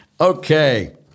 Okay